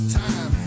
time